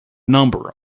number